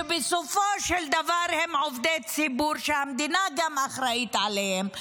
שבסופו של דבר הם עובדי ציבור שהמדינה אחראית גם להם.